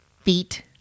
feet